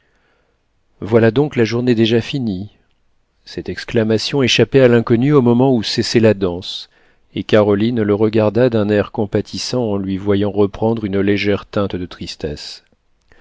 voilà donc la journée déjà finie cette exclamation échappait à l'inconnu au moment où cessait la danse et caroline le regarda d'un air compatissant en lui voyant reprendre une légère teinte de tristesse